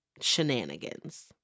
shenanigans